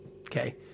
okay